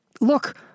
look